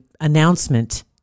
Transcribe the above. announcement